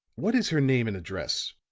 what is her name and address?